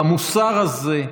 במוסר הזה,